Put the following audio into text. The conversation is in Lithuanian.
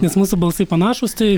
nes mūsų balsai panašūs tai